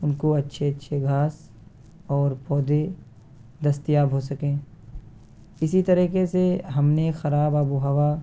ان کو اچھے اچھے گھاس اور پودے دستیاب ہو سکیں اسی طریقے سے ہم نے خراب آب و ہوا